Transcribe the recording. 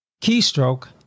Keystroke